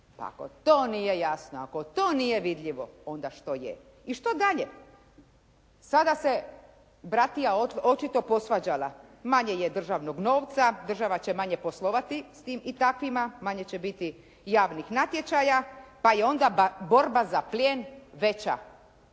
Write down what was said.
Pa ako to nije jasno, ako to nije vidljivo onda što je? I što dalje? Sada se bratija očito posvađala. Manje je državnog novca, država će manje poslovati s tim i takvima. Manje će biti javnih natječaja pa je onda borba za plijen veća